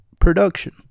production